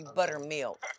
buttermilk